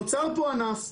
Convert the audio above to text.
נוצר פה ענף,